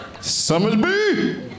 Summersby